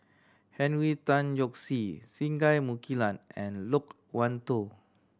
Henry Tan Yoke See Singai Mukilan and Loke Wan Tho